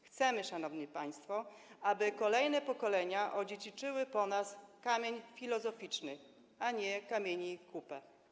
Chcemy, szanowni państwo, aby kolejne pokolenia odziedziczyły po nas kamień filozoficzny, a nie kamieni kupę.